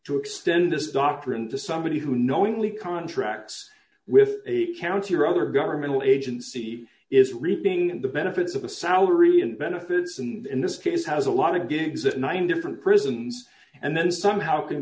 to extend this doctrine to somebody who knowingly contracts with a county or other governmental agency is reaping the benefits of a salary and benefits and in this case has a lot of gigs at nine different prisons and then somehow can